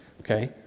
okay